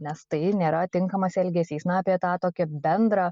nes tai nėra tinkamas elgesys na apie tą tokią bendrą